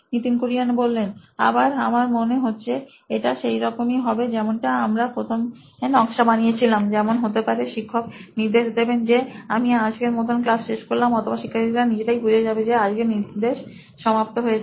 Nitin Kurian C O O নোইন electronics আবার আমার মনে হচ্ছে এটা সেইরকমই হবে যেমনটা আমরা প্রথমে নকশা বানিয়েছিলামযেমন হতে পারে শিক্ষক নির্দে শ দেবেন যে আমি আজকের মতো ক্লাস শেষ করলাম অথবা শিক্ষার্থীরা নিজেরাই বুঝে যাবে যে আজকের নির্দে শ সমাপ্ত হয়েছে